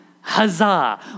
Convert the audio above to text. Huzzah